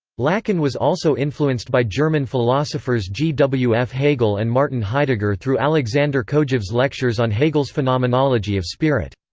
lacan was also influenced by german philosophers g. w. f. hegel and martin heidegger through alexandre kojeve's lectures on hegel's phenomenology of spirit.